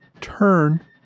TURN